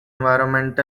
environment